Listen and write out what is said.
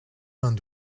vingt